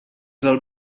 del